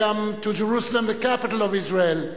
welcome to Jerusalem the capital of Israel,